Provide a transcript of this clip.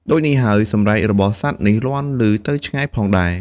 ដូចនេះហើយ សម្រែករបស់សត្វនេះលាន់ឮទៅឆ្ងាយផងដែរ។